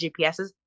GPSs